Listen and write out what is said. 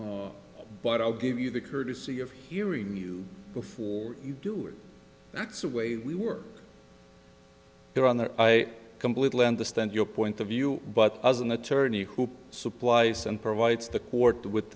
case but i'll give you the courtesy of hearing you before you do it that's the way we work there on the i completely understand your point of view but as an attorney who supplies and provides the court with